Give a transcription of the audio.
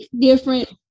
different